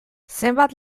zenbat